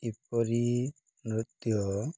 ଏପରି ନୃତ୍ୟ